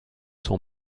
son